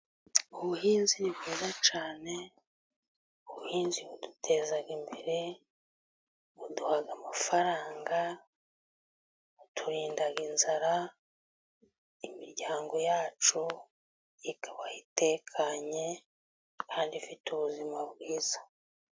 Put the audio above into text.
Ubuhinzi ni bwiza cyane, ubuhinzi buduteza imbere, buduhaha amafaranga, buturinda inzara, imiryango yacu ikaba itekanye kandi ifite ubuzima bwiza.